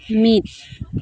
ᱢᱤᱫ